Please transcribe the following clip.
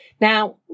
Now